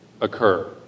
occur